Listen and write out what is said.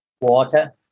water